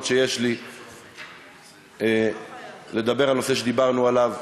שיש לי ולדבר על נושא שדיברנו עליו: